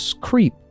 creep